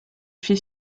fait